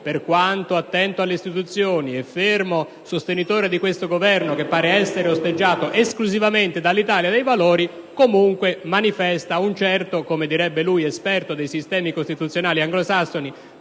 per quanto attento alle istituzioni e fermo sostenitore di questo Governo che pare essere osteggiato esclusivamente dall'Italia dei Valori, comunque manifesta un certo - come direbbe lui, esperto dei sistemi costituzionali anglosassoni